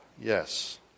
Yes